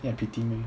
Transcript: ya pity me